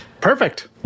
Perfect